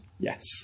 Yes